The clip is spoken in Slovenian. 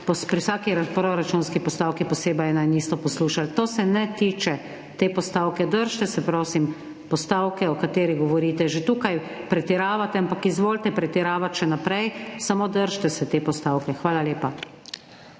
pri vsaki proračunski postavki posebej enega in istega poslušali. To se ne tiče te postavke, držite se, prosim, postavke, o kateri govorite. Že tukaj pretiravate, ampak izvolite pretiravati še naprej, samo držite se te postavke. Hvala lepa.